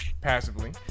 passively